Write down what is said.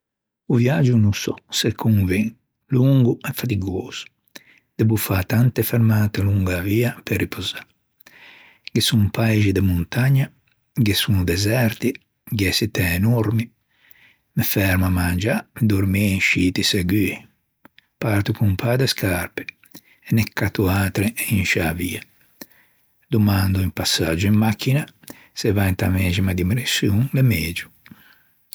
O viagio no sò se conven longo ò faticoso. Devo fâ tante fermate longo a via pe riposâ. Ghe son paixi de montagna, ghe son deserti, gh'é çittæ enormi. Me fermo a mangiâ, dormî in sciti segui. Parto con un pâ de scarpe e ne catto atre in sciâ via. Domando un passaggio in machina, se va inta mæxima direçion, l'é megio